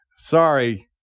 Sorry